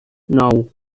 nou